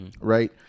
Right